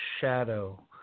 shadow